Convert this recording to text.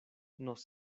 nos